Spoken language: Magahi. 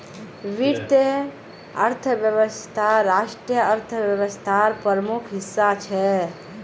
वीत्तिये अर्थवैवस्था राष्ट्रिय अर्थ्वैवास्थार प्रमुख हिस्सा छे